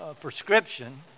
prescription